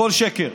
הכול שקר.